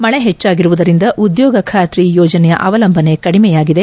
ಮಳೆ ಹೆಚ್ಚಾಗಿರುವುದರಿಂದ ಉದ್ಯೋಗ ಖಾತ್ರಿ ಯೋಜನೆಯ ಅವಲಂಬನೆ ಕಡಿಮೆಯಾಗಿದೆ